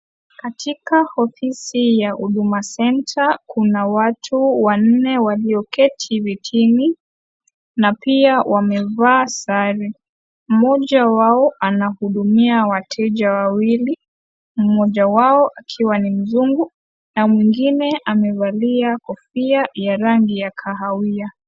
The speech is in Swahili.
Katika ofisi ya Huduma Center kuna watu wanne walioketi vitini na pia wamevaa sare mmoja wao anahudumia wateja wawili mmoja wao akiwa ni mzungu na mwingine amevalia kofia ya rangi ya kahawia.